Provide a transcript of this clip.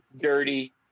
dirty